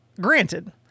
granted